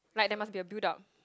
like there must be a build-up